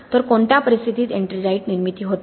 तर कोणत्या परिस्थितीत एट्रिंगाइट निर्मिती होत नाही